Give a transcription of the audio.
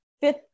fifth